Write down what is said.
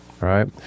right